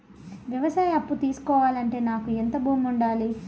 వ్యవసాయ అప్పు తీసుకోవాలంటే నాకు ఎంత భూమి ఉండాలి?